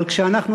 אבל כשאנחנו,